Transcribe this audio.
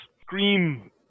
scream